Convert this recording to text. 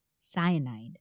cyanide